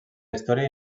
història